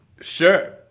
Sure